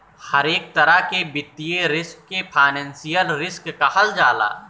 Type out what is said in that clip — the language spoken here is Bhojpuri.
हरेक तरह के वित्तीय रिस्क के फाइनेंशियल रिस्क कहल जाला